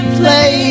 play